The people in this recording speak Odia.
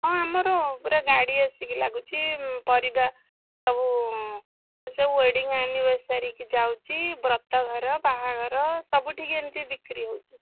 ହଁ ଆମର ପୁରା ଗାଡ଼ି ଆସିକି ଲାଗୁଛି ପରିବା ସବୁ ସେ ୱେଡ଼ିଙ୍ଗ ଆନିଭର୍ସରୀ କି ଯାଉଛି ବ୍ରତଘର ବାହାଘର ସବୁଠିକି ଏମିତି ବିକ୍ରି ହେଉଛି